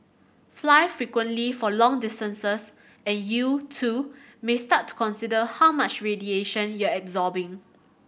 fly frequently for long distances and you too may start to consider how much radiation you're absorbing